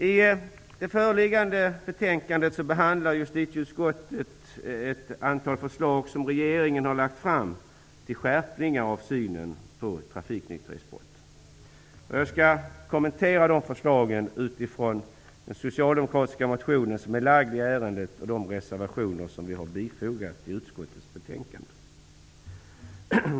I det föreliggande betänkandet behandlar justitieutskottet ett antal förslag som regeringen har lagt fram till skärpning av synen på trafiknykterhetsbrotten. Jag skall kommentera de förslagen utifrån den socialdemokratiska motion som är lagd i ärendet och de reservationer som vi fogat till utskottets betänkande.